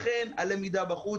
לכן הלמידה בחוץ,